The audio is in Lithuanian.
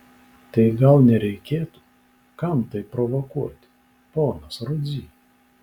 tai gal nereikėtų kam tai provokuoti ponas rudzy